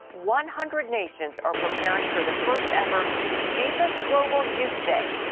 one hundred nations are preparing for the first ever jesus global youth day.